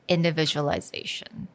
Individualization